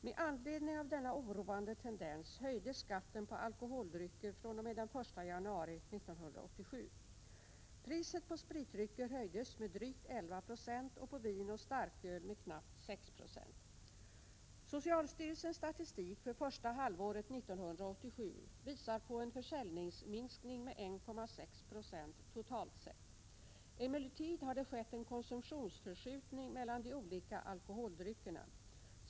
Med anledning av denna oroande tendens höjdes skatten på alkoholdrycker fr.o.m. den 1 januari 1987 . Priset på spritdrycker Socialstyrelsens statistik för första halvåret 1987 visar på en försäljningsminskning med 1,6 6, totalt sett. Emellertid har det skett en konsumtionsförskjutning mellan de olika alkoholdryckerna.